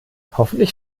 hoffentlich